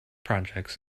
projects